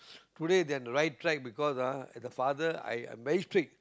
today they are on the right track because ah as a father I I'm very strict